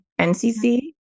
NCC